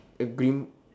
a green